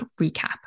recap